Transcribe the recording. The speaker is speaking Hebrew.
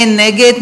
אין נגד.